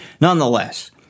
Nonetheless